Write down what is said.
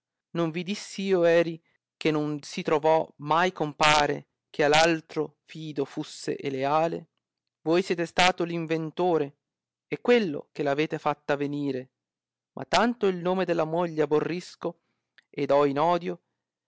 non vi diss io eri che non si trovò mai compare che a l altro fido fusse e leale voi siete stato l inventore e quello che l ha fatta venire ma tanto il nome della moglie aborrisco ed ho in odio